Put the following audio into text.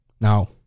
Now